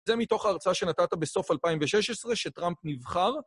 זה מתוך ההרצאה שנתת בסוף 2016, שטראמפ נבחר.